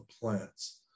plants